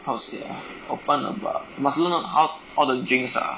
how to say ah open a bar must learn on how all the drinks ah